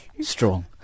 strong